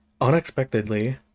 Unexpectedly